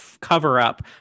cover-up